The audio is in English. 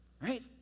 Right